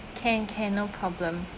can can no problem